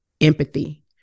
empathy